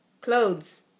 clothes